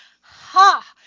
ha